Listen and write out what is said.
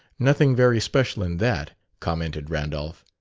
nothing very special in that, commented randolph.